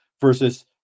versus